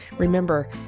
Remember